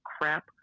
crap